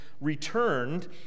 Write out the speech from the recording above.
returned